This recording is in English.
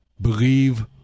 believe